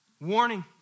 Warning